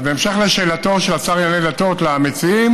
אז בהמשך לשאלתו של השר לענייני דתות למציעים,